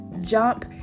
jump